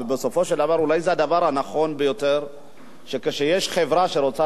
ובסופו של דבר אולי זה הדבר הנכון ביותר כשיש חברה שרוצה